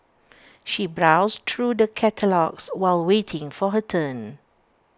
she browsed through the catalogues while waiting for her turn